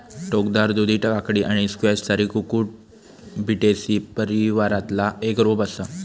टोकदार दुधी काकडी आणि स्क्वॅश सारी कुकुरबिटेसी परिवारातला एक रोप असा